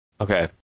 Okay